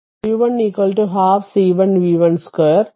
അതിനാൽ w 1 12 c 1 v 1 2